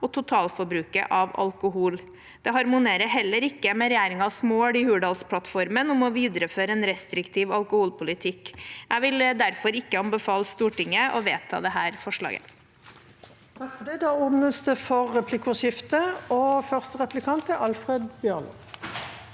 og totalforbruket av alkohol. Det harmonerer heller ikke med regjeringens mål i Hurdalsplattformen om å videreføre en restriktiv alkoholpolitikk. Jeg vil derfor ikke anbefale Stortinget å vedta dette forslaget. Presidenten Det blir replikkordskifte. Alfred Jens